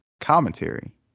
commentary